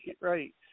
right